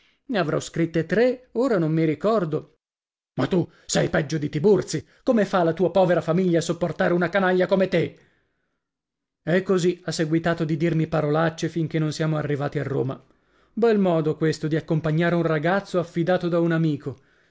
ne avrò scritte tre ora non mi ricordo ma tu sei peggio di tiburzi come fa la tua povera famiglia a sopportare una canaglia come te e così ha seguitato a dirmi parolacce finché non siamo arrivati a roma bel modo questo di accompagnare un ragazzo affidato da un amico